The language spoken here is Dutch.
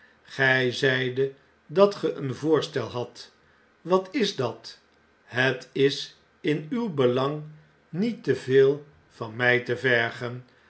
gij zeidet dat ge een voorstel hadt wat is het het is in uw belang niet te veel van my te vergen